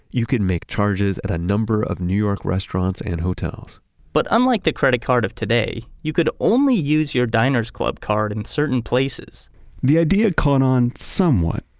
you could make charges at a number of new york restaurants and hotels but unlike the credit card of today, you could only use your diner's club card in certain places the idea caught on somewhat.